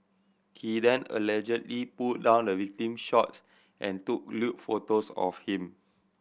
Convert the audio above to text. he then allegedly pulled down the victim's shorts and took lewd photos of him